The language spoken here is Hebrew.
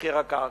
מחיר הקרקע.